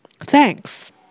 Thanks